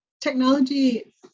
technology